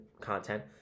content